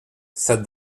said